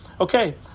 Okay